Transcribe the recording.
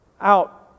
out